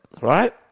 right